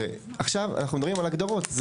עכשיו אנחנו מדברים על הגדרות.